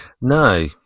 No